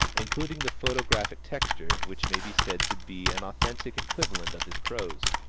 including the photographic texture which may be said to be an authentic equivalent of his prose.